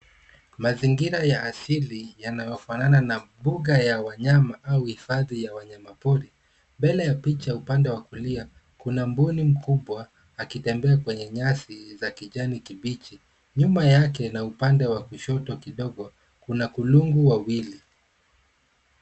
Mazingira ya asili yanayofanana na mbuga ya wanyama au hifadhi ya wanyama pori. Mbele ya picha upande wa kulia, kuna mbuni mkubwa akitembea kwenye nyasi za kijani kibichi. Nyuma yake na upande wa kushoto kidogo kuna kulungu wawili.